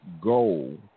goal